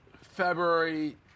February